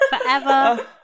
Forever